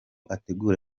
ategura